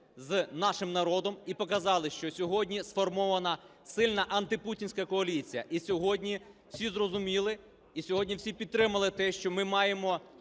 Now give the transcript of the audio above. з нашим народом і показали, що сьогодні сформована сильна антипутінська коаліція. І сьогодні всі зрозуміли, і сьогодні всі підтримали те, що ми маємо